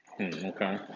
okay